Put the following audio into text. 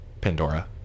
Pandora